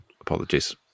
apologies